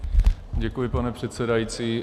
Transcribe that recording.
Děkuji, pane předsedající.